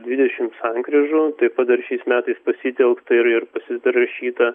dvidešimt sankryžų taip pat dar šiais metais pasitelkta ir ir pasirašyta